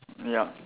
yup